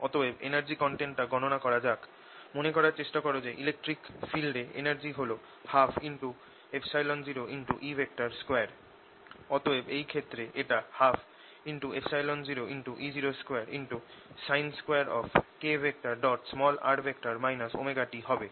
অতএব এনার্জি কনটেন্টটা গণনা করা যাক মনে করার চেষ্টা কর যে ইলেকট্রিক ফিল্ডে এনার্জি হল 120E2 অতএব এই ক্ষেত্রে এটা 120E02sin2kr ωt হবে